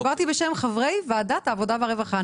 דיברתי בשם חברי ועדת העבודה והרווחה.